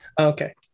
Okay